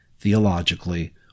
theologically